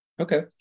Okay